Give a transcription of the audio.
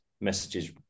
messages